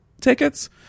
tickets